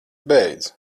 beidz